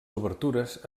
obertures